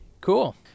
Cool